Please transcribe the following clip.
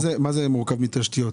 מה זה "מורכב מתשתיות"?